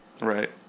Right